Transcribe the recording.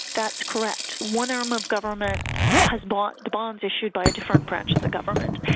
that's correct. one arm of government has bought the bonds issued by a different branch of the government.